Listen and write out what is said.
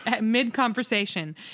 mid-conversation